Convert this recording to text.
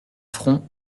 front